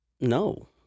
No